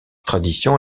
tradition